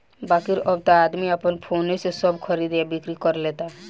बाकिर अब त आदमी आपन फोने से सब खरीद आ बिक्री कर लेता